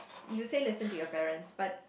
you say listen to your parents but